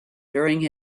during